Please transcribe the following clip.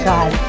God